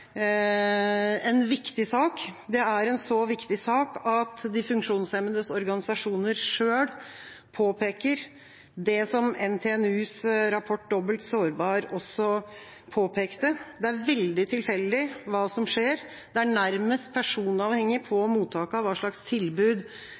en viktig sak. Det er en så viktig sak at de funksjonshemmedes organisasjoner selv påpeker det som NTNUs rapport Dobbelt sårbar også påpekte: Det er veldig tilfeldig hva som skjer. Det er nærmest personavhengig på